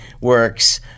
works